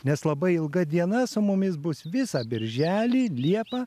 nes labai ilga diena su mumis bus visą birželį liepą